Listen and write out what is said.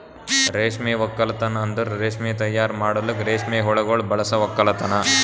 ರೇಷ್ಮೆ ಒಕ್ಕಲ್ತನ್ ಅಂದುರ್ ರೇಷ್ಮೆ ತೈಯಾರ್ ಮಾಡಲುಕ್ ರೇಷ್ಮೆ ಹುಳಗೊಳ್ ಬಳಸ ಒಕ್ಕಲತನ